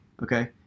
Okay